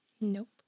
Nope